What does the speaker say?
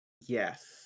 yes